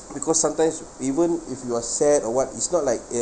because sometimes even if you are sad or what it's not like uh